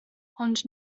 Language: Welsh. ond